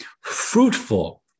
fruitful